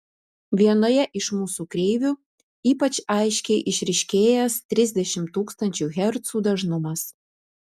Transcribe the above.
vienoje iš mūsų kreivių ypač aiškiai išryškėjęs trisdešimt tūkstančių hercų dažnumas